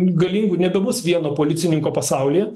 galingų nebebus vieno policininko pasaulyje